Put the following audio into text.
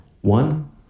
One